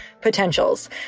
potentials